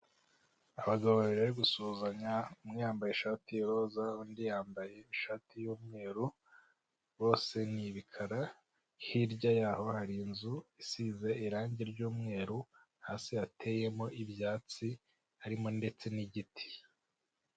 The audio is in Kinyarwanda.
Abagabo babiri bari gusuhuzanya, umwe yambaye ishati y'iroza, undi yambaye ishati y'umweru bose ni ibikara hirya yaho hari inzu isize irangi ry'umweru, hasi hateyemo ibyatsi harimo ndetse n'igiti.